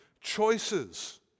choices